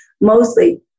mostly